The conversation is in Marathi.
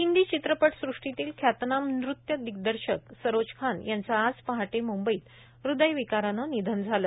हिंदी चित्रपट सृष्टीतील ख्यातनाम नृत्य दिग्दर्शिका सरोज खान यांच आज पहाटे मुंबईत हृदय विकारानं निधन झालं